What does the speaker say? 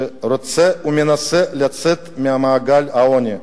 שרוצה ומנסה לצאת ממעגל העוני,